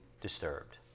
disturbed